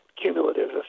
cumulative